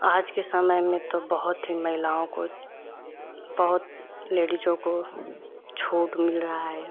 आज के समय में तो बहुत ही महिलाओं को बहुत लेडीजों को छूट मिल रहा है